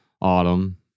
Autumn